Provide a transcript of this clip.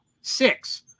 Six